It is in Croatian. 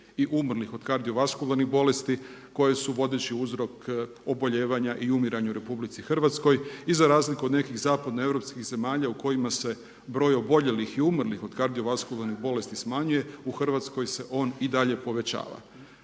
i umrlih od kardiovaskularnih bolesti koje se u vodeći uzrok oboljevanja i umirenja u RH i za razliku od nekih zapadno-europskih zemalja u kojima se broj oboljelih i umrlih od kardiovaskularnih bolesti smanjuje, u Hrvatskoj se on i dalje povećava.